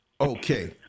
Okay